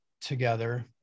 together